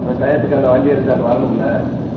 ஆ டயத்துக்கு அந்த வண்டி எடுத்துகிட்டு அங்கே வரணும்லே